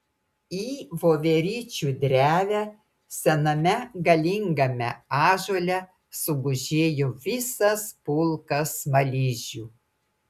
į voveryčių drevę sename galingame ąžuole sugužėjo visas pulkas smaližių